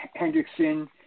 Hendrickson